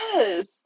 yes